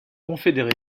confédéré